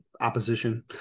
opposition